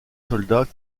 soldats